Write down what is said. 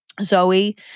Zoe